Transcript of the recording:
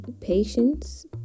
patience